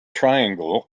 triangle